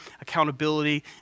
accountability